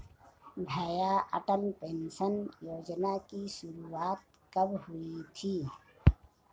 भैया अटल पेंशन योजना की शुरुआत कब हुई थी?